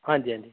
ਹਾਂਜੀ ਹਾਂਜੀ